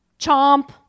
Chomp